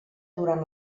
durant